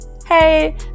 hey